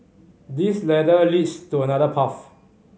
this ladder leads to another path